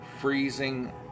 freezing